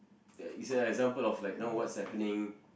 there it's an example of like know what's happening